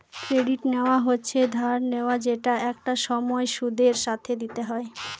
credit নেওয়া হচ্ছে ধার নেওয়া যেটা একটা সময় সুদের সাথে দিতে হয়